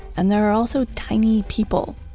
and there are also tiny people,